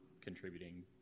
contributing